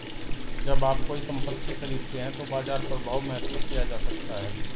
जब आप कोई संपत्ति खरीदते हैं तो बाजार प्रभाव महसूस किया जा सकता है